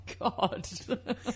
God